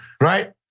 right